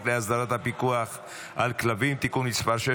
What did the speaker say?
להסדרת הפיקוח על כלבים (תיקון מס' 6,